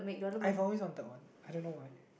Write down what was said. I have always wanted one I don't know why